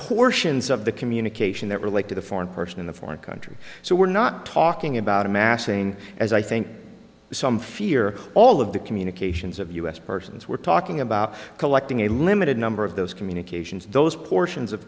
portions of the communication that relate to the foreign person in a foreign country so we're not talking about amassing as i think some fear all of the communications of u s persons we're talking about collecting a limited number of those communications those portions of